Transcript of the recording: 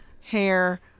hair